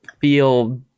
feel